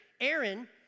Aaron